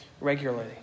regularly